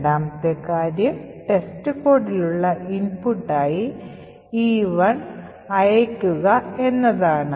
രണ്ടാമത്തെ കാര്യം ടെസ്റ്റ്കോഡിലേക്കുള്ള ഇൻപുട്ടായി E1 അയയ്ക്കുക എന്നതാണ്